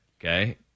Okay